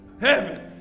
Heaven